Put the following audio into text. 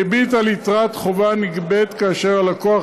ריבית על יתרת חובה נגבית כאשר הלקוח